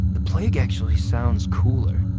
the plague actually sounds cooler,